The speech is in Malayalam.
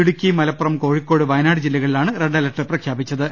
ഇടുക്കി മലപ്പുറം കോഴിക്കോട് വയനാട് ജില്ലകളിലാണ് റെഡ് അലർട്ട് പ്രഖ്യാ പിച്ചത്